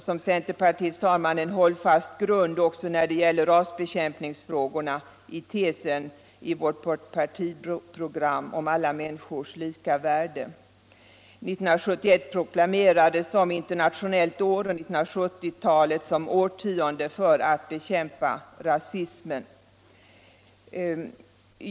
Som centerpartist har man Om följderna av en hållfast grund också när det gäller rasbekämpningsfrågorna i tesen — FN-uttalande om om alla människors lika värde i vårt partiprogram. 1971 proklamerades — sionism som internationellt år och 1970-talet som årtionde för att bekämpa rasismen.